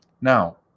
now